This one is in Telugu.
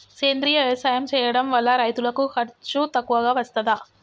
సేంద్రీయ వ్యవసాయం చేయడం వల్ల రైతులకు ఖర్చు తక్కువగా వస్తదా?